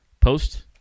Post